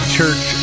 Church